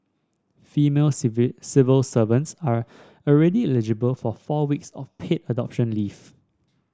female civil servants are already eligible for four weeks of paid adoption leave